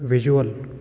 visual